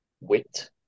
wit